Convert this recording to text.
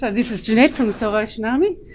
this is jeanette from the salvation army.